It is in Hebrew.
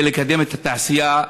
כדי לקדם את התעשייה.